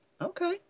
okay